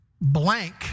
blank